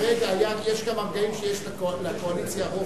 יש כמה רגעים שיש לקואליציה רוב,